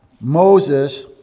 Moses